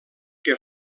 que